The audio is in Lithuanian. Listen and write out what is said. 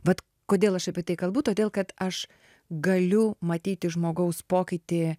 vat kodėl aš apie tai kalbu todėl kad aš galiu matyti žmogaus pokytį